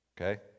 Okay